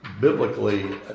biblically